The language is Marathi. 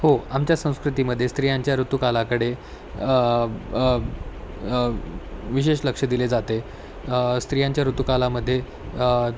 हो आमच्या संस्कृतीमध्ये स्त्रियांच्या ऋतूकालाकडे विशेष लक्ष दिले जाते स्त्रियांच्या ऋतूकालामध्ये